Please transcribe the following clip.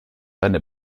eine